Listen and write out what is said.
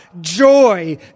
Joy